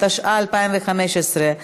התשע"ה 2015,